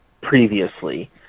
previously